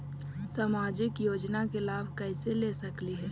सामाजिक योजना के लाभ कैसे ले सकली हे?